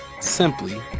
simply